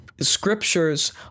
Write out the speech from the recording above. scriptures